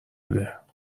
بده